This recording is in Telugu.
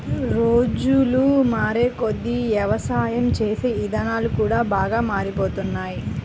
రోజులు మారేకొద్దీ యవసాయం చేసే ఇదానాలు కూడా బాగా మారిపోతున్నాయ్